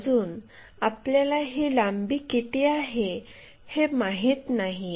अजून आपल्याला ही लांबी किती आहे हे माहित नाहीये